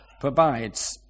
Provides